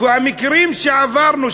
המקרים שעברנו,